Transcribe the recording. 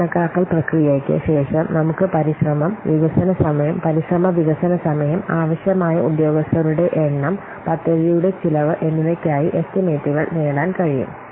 ഈ കണക്കാക്കൽ പ്രക്രിയയ്ക്ക് ശേഷം നമുക്ക് പരിശ്രമം വികസന സമയം പരിശ്രമ വികസന സമയം ആവശ്യമായ ഉദ്യോഗസ്ഥരുടെ എണ്ണം പദ്ധതിയുടെ ചെലവ് എന്നിവയ്ക്കായി എസ്റ്റിമേറ്റുകൾ നേടാൻ കഴിയും